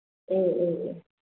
ꯑꯦ ꯑꯦ ꯑꯦ